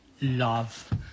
love